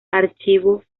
archivo